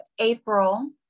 April